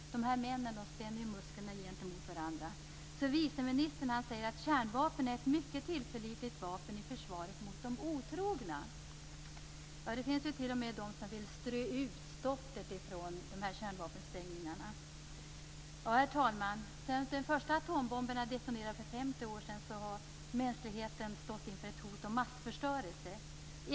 Dessa män spänner musklerna gentemot varandra. Viceministern säger att kärnvapen är ett mycket tillförlitligt vapen i försvaret mot de otrogna. Det finns t.o.m. de som vill strö ut stoftet från kärnvapensprängningarna. Herr talman! Sedan de första atombomberna detonerade för 50 år sedan har mänskligheten stått inför ett hot om massförstörelse.